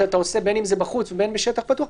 בין אם זה בחוץ ובין אם בשטח פתוח,